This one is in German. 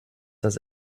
das